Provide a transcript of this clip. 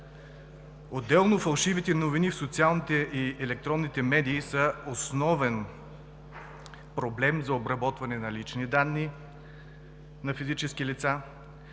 Отделно фалшивите новини в социалните и електронните медии са основен проблем за обработване на личните данни на физически лица,